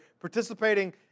participating